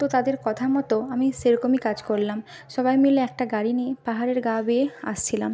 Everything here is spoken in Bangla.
তো তাদের কথা মতো আমি সেরকমই কাজ করলাম সবাই মিলে একটা গাড়ি নিয়ে পাহাড়ের গা বেয়ে আসছিলাম